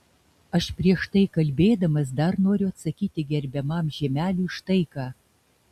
aš prieš tai kalbėdamas dar noriu atsakyti gerbiamam žiemeliui štai ką